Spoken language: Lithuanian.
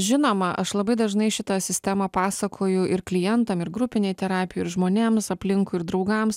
žinoma aš labai dažnai šitą sistemą pasakoju ir klientam ir grupinėj terapijoj ir žmonėms aplinkui ir draugams